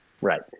right